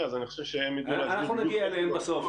אז אני חושב שהם --- אנחנו נגיע אליהם בסוף,